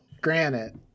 granite